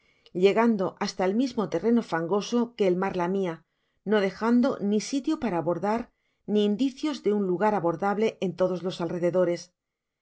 llegando hasta el mismo terreno fangoso que el mar lamia no dejando ni sitio para abordar ni indicios de un lugar abor dable en todos los alrededores